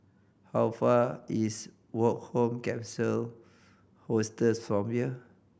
how far is Woke Home Capsule Hostel from here